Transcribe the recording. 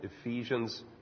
Ephesians